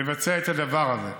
לבצע את הדבר הזה.